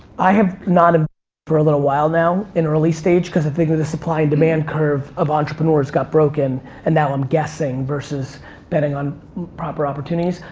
i have, not um for a little while now, in a release stage cause the thing of the supply-and-demand curve of entrepreneurs got broken, and now i'm guessing versus betting on proper opportunities,